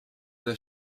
the